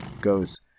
goes